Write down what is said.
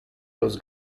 los